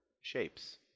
shapes